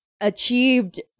achieved